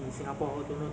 think